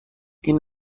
این